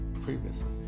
previously